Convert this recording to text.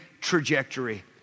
trajectory